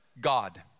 God